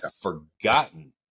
forgotten